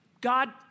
God